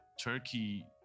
Turkey